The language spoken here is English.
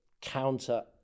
counter